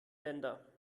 länder